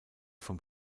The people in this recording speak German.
vom